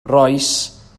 rois